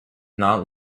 not